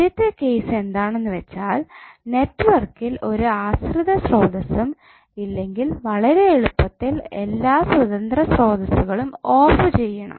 ആദ്യത്തെ കേസ് എന്താണെന്ന് വെച്ചാൽ നെറ്റ്വർക്കിൽ ഒരു ആശ്രിത സ്രോതസ്സ്സ്സും ഇല്ലെങ്കിൽ വളരെയെളുപ്പത്തിൽ എല്ലാ സ്വതന്ത്ര സ്രോതസ്സുകളും ഓഫ് ചെയ്യാം